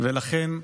לכן,